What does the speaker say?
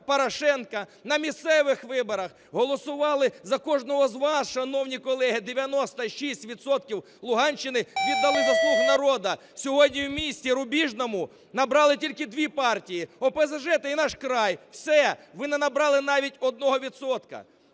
Порошенка, на місцевих виборах голосували за кожного з вас, шановні колеги, 96 відсотків Луганщини віддали за "слуг народу". Сьогодні в місті Рубіжному набрали тільки дві партії – ОПЗЖ та "Наш край". Все, ви не набрали навіть